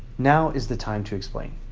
now is the time to explain.